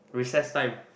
recess time